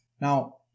Now